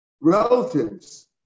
relatives